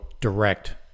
direct